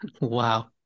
Wow